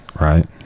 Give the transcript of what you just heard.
right